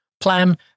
plan